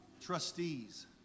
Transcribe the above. Trustees